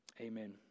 amen